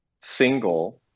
single